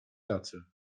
tacę